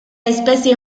especie